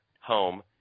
home